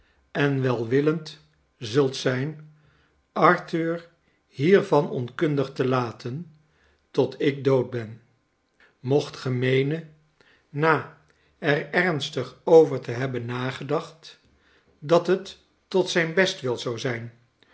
en welwillend zult zijn arthur hiervan onkundig te laten tot ik dood ben mocht ge meenen na er ernstig over te hebben nagedacht dat het tot zijn bestwil zou zijn